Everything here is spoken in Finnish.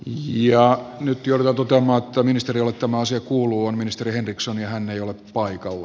ja ytyä tuntematta ministeriölle tämä asia kuuluu on ministeri dixon hän ei ollut paikalla